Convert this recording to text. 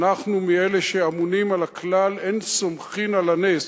אנחנו מאלה שאמונים על הכלל "אין סומכים על הנס",